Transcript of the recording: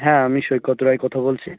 হ্যাঁ আমি সৈকত রায় কথা বলছি